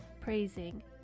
praising